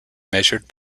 measured